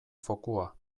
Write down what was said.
fokua